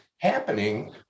happening